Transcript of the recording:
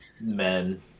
men